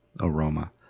aroma